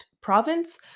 province